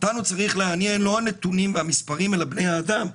אותנו צריך לעניין לא הנתונים או המספרים אלא בני האדם.